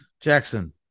Jackson